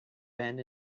bend